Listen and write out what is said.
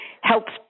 helps